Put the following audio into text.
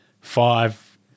five